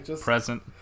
Present